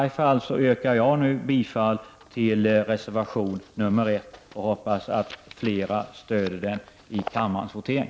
Jag yrkar därför bifall till reservation nr 1 och hoppas att flera stöder den i kammarens votering.